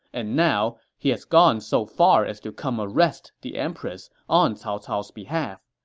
and now, he has gone so far as to come arrest the empress on cao cao's behalf.